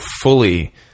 fully